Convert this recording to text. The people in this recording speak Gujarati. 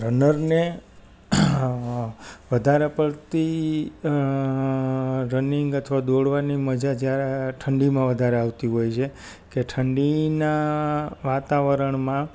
રનરને વધારે પડતી રનિંગ અથવા દોડવાની મજા જ્યારે ઠંડીમાં વધારે આવતી હોય છે કે ઠંડીના વાતાવરણમાં